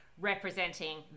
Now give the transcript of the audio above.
representing